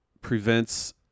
prevents